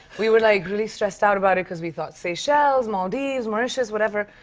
we were, like, really stressed out about it, cause we thought seychelles, maldives, mauritius, whatever,